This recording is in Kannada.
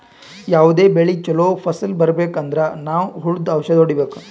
ಯಾವದೇ ಬೆಳಿ ಚೊಲೋ ಫಸಲ್ ಬರ್ಬೆಕ್ ಅಂದ್ರ ನಾವ್ ಹುಳ್ದು ಔಷಧ್ ಹೊಡಿಬೇಕು